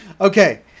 okay